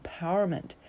empowerment